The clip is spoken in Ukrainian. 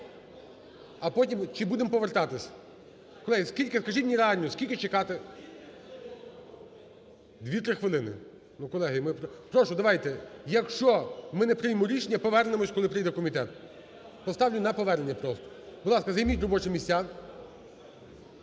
а потім… Чи будемо повертатися? Колеги, скажіть мені реально, скільки чекати? Дві, три хвилини? Ну, колеги, прошу, давайте, якщо ми не приймемо рішення, повернемося, коли прийде комітет, поставлю на повернення просто. Будь ласка, займіть робочі місця,